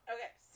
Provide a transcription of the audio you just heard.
Okay